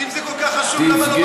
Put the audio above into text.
אם זה כל כך חשוב, למה לא באתם להצביע?